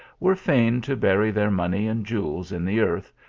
were fain to bury their money and jewels in the earth,